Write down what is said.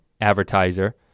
advertiser